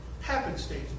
happenstance